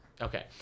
Okay